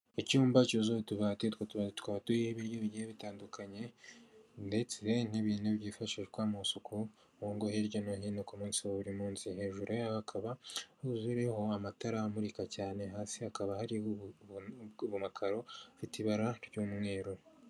Icyumba cyuzuye utubati, utwo tubati tukaba turiho ibiryo bigiye bitandukanye ndetse n'ibintu byifashishwa mu isuku mu ngo hirya no hino ku munsi wa buri munsi hejuru hakaba huzuyeho amatara amurika cyane, hasi hakaba hari amakaro afite ibara ry'umweru.